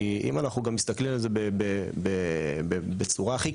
כי אם אנחנו מסתכלים על זה בצורה הכי